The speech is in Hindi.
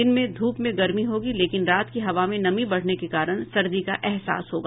दिन में ध्रप में गर्मी होगी लेकिन रात की हवा में नमी बढ़ने के कारण सर्दी का अहसास होगा